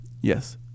Yes